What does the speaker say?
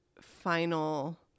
final